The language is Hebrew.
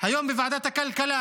היום בוועדת הכלכלה